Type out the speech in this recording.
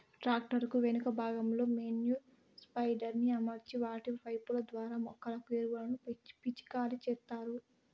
tractor కు వెనుక భాగంలో మేన్యుర్ స్ప్రెడర్ ని అమర్చి వాటి పైపు ల ద్వారా మొక్కలకు ఎరువులను పిచికారి చేత్తారు